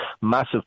massive